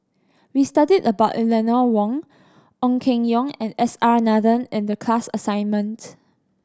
we studied about Eleanor Wong Ong Keng Yong and S R Nathan in the class assignment